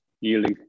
Yielding